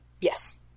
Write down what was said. Yes